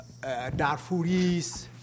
Darfuris